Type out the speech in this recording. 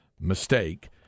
mistake